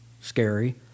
scary